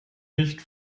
nicht